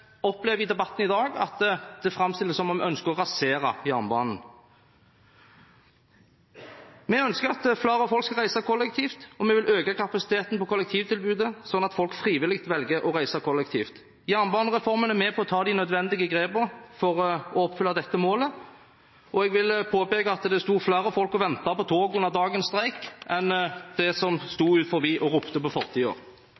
opplever i debatten i dag at det framstilles som at vi ønsker å rasere jernbanen. Vi ønsker at flere skal reise kollektivt, og vi vil øke kapasiteten på kollektivtilbudet, slik at folk frivillig velger å reise kollektivt. Jernbanereformen er med på å ta de nødvendige grepene for å oppfylle dette målet, og jeg vil påpeke at det sto flere og ventet på toget under dagens streik enn det sto utenfor her og ropte på